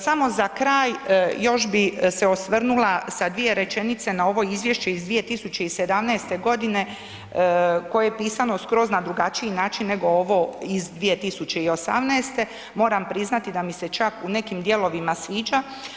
Samo za kraj još bi se osvrnula sa dvije rečenice na ovo izvješće iz 2017. g. koje je pisano skroz na drugačiji način nego ovo iz 2018., moram priznati da mi se čak u nekim dijelovima sviđa.